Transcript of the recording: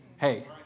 Hey